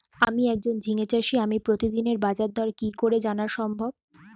আমি একজন ঝিঙে চাষী আমি প্রতিদিনের বাজারদর কি করে জানা সম্ভব?